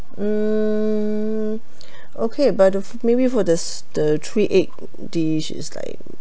hmm okay but the maybe for the the three egg dish is like